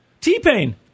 T-Pain